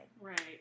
right